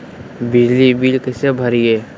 बिजली बिल कैसे भरिए?